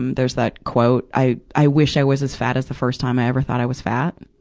um there's that quote, i i wish i was as fat as the first time i ever thought i was fat.